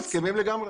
מסכימים לגמרי.